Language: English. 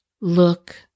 look